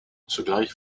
zugleich